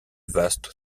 vaste